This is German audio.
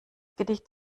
gedicht